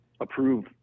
approve